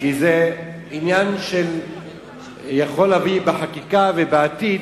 כי זה עניין שיכול להביא בחקיקה ובעתיד